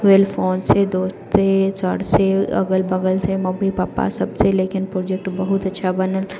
भेल फोनसँ दोस्तसँ सरसँ अगल बगलसँ मम्मी पपा सबसँ लेकिन प्रोजेक्ट बहुत अच्छा बनल